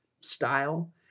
style